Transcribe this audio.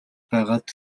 байгаад